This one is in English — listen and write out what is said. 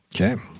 Okay